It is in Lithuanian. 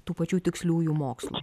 tų pačių tiksliųjų mokslų